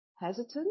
hesitant